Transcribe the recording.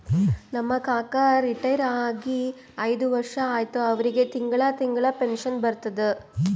ನಮ್ ಕಾಕಾ ರಿಟೈರ್ ಆಗಿ ಐಯ್ದ ವರ್ಷ ಆಯ್ತ್ ಅವ್ರಿಗೆ ತಿಂಗಳಾ ತಿಂಗಳಾ ಪೆನ್ಷನ್ ಬರ್ತುದ್